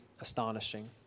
astonishing